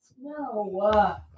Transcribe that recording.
no